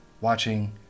watching